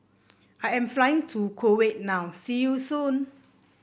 I am flying to Kuwait now see you soon